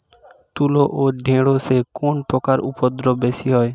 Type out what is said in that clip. তুলো ও ঢেঁড়সে কোন পোকার উপদ্রব বেশি হয়?